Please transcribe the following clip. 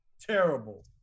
Terrible